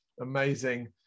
Amazing